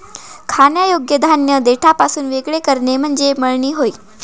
खाण्यायोग्य धान्य देठापासून वेगळे करणे म्हणजे मळणी होय